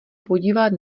podívat